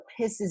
pisses